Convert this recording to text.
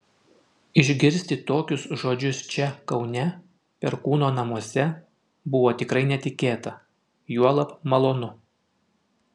išgirsti tokius žodžius čia kaune perkūno namuose buvo tikrai netikėta juolab malonu